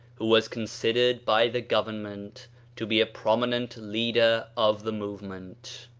who was considered by the government to be a prominent leader of the movement.